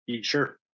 Sure